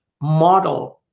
model